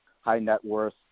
high-net-worth